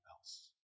else